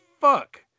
fuck